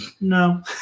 no